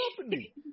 company